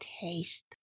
taste